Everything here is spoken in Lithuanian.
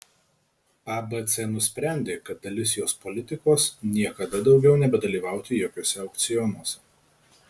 abc nusprendė kad dalis jos politikos niekada daugiau nebedalyvauti jokiuose aukcionuose